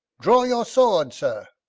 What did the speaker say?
draw your sword, sir.